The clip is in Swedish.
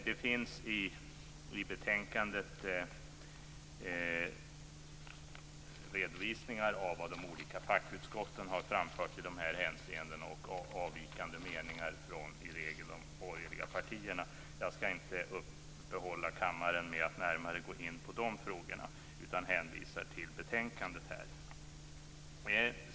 Det finns i betänkandet redovisningar av vad de olika fackutskotten har framfört i dessa hänseenden och avvikande meningar, i regel från de borgerliga partierna. Jag skall inte uppehålla kammaren med att närmare gå in på de frågorna, utan hänvisar till betänkandet.